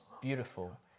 beautiful